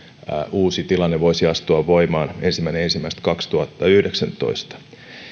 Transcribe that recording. uusi tilanne voisi astua voimaan ensimmäinen ensimmäistä kaksituhattayhdeksäntoista